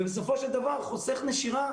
ובסופו של דבר חוסך נשירה